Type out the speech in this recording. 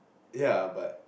ya but